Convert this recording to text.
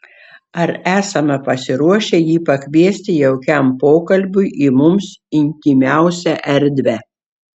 ar esame pasiruošę jį pakviesti jaukiam pokalbiui į mums intymiausią erdvę